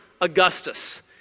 Augustus